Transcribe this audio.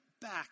back